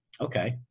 Okay